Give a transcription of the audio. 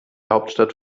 hauptstadt